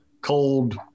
cold